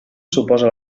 suposa